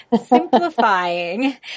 simplifying